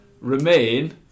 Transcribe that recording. remain